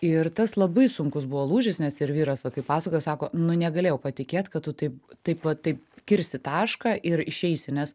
ir tas labai sunkus buvo lūžis nes ir vyras kai pasakojo sako nu negalėjau patikėt kad tu taip taip va taip kirsi tašką ir išeisi nes